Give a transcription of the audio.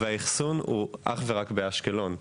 והאחסון הוא אך ורק באשקלון.